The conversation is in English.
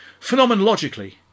Phenomenologically